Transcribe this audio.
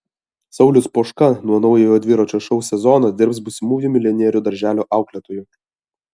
saulius poška nuo naujojo dviračio šou sezono dirbs būsimųjų milijonierių darželio auklėtoju